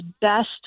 best